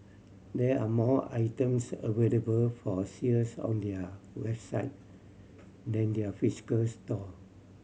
there are more items available for sales on their website than their physical store